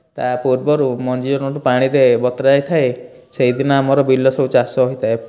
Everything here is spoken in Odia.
ତା'ପୂର୍ବରୁ ମଞ୍ଜି ଯେଉଁ ଦିନଠୁ ପାଣିରେ ବତୁରା ଯାଇଥାଏ ସେଇଦିନ ଆମର ବିଲ ସବୁ ଚାଷ ହୋଇଥାଏ